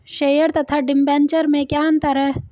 Share तथा debenture में क्या अंतर है?